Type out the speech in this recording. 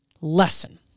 Lesson